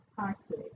toxic